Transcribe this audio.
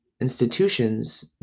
institutions